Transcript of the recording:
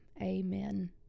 Amen